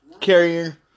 carrier